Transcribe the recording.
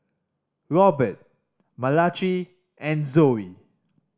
Robert Malachi and Zoie